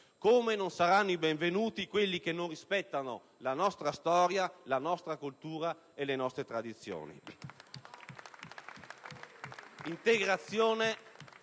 come non saranno benvenuti coloro che non rispettano la nostra storia, la nostra cultura e le nostre tradizioni. *(Applausi